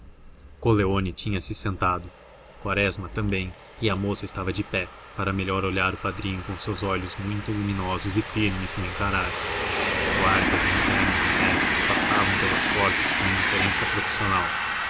acabada coleoni tinha-se sentado quaresma também e a moça estava de pé para melhor olhar o padrinho com os seus olhos muito luminosos e firmes no encarar guardas internos e médicos passavam pelas portas com a indiferença profissional